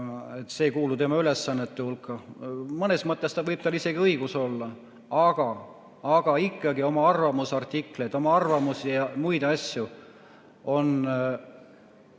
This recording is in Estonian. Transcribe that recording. ei kuulu tema ülesannete hulka. Mõnes mõttes võib tal isegi õigus olla. Aga ikkagi, oma arvamusartikleid, oma arvamusi ja muid asju on